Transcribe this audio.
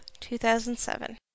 2007